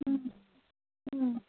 ও ও